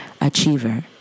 achiever